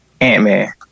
Ant-Man